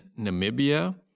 Namibia